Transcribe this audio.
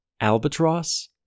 albatross